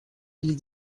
les